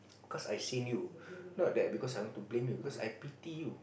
cause I've seen you not that because I want to blame you I pity you